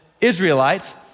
israelites